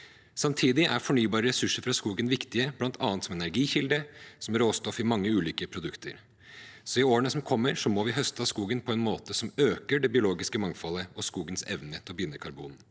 Samtidig er fornybare ressurser fra skogen viktige, bl.a. som energikilde og som råstoff i mange ulike produkter. I årene som kommer, må vi høste av skogen på en måte som øker det biologiske mangfoldet og skogens evne til å binde karbon.